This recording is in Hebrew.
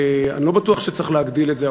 אני לא בטוח שצריך להגדיל את זה,